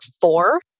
four